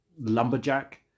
lumberjack